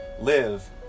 live